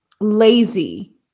lazy